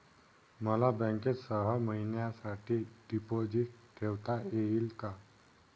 मला बँकेत सहा महिन्यांसाठी डिपॉझिट ठेवता येईल का?